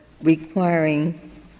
requiring